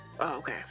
Okay